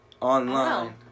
Online